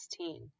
16